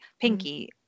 Pinky